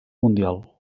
mundial